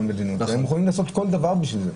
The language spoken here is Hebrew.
הם יכולים לעשות כל דבר בשביל זה.